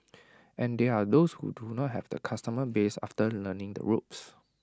and there are those who do not have the customer base after learning the ropes